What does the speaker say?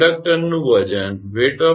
કંડક્ટરનું વજન 1